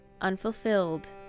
unfulfilled